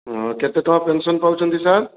ହଁ କେତେ ଟଙ୍କା ପେନ୍ସନ ପାଉଛନ୍ତି ସାର୍